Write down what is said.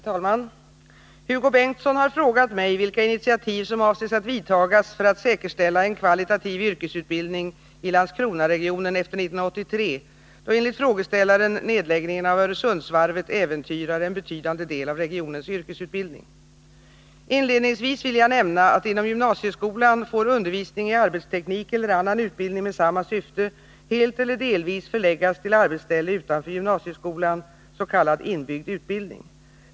Herr talman! Hugo Bengtsson har frågat mig vilka initiativ som avses att vidtagas för att säkerställa en kvalitativ yrkesutbildning i Landskronaregionen efter 1983, då enligt frågeställaren nedläggningen av Öresundsvarvet äventyrar en betydande del av regionens yrkesutbildning. Inledningsvis vill jag nämna att inom gymnasieskolan får undervisning i arbetsteknik eller annan utbildning med samma syfte helt eller delvis förläggas till arbetsställe utanför gymnasieskolan, s.k. inbyggd utbildning.